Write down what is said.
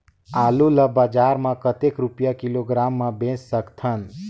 आलू ला बजार मां कतेक रुपिया किलोग्राम म बेच सकथन?